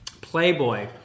playboy